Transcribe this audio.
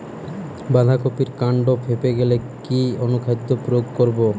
বাঁধা কপির কান্ড ফেঁপে গেলে কি অনুখাদ্য প্রয়োগ করব?